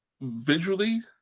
visually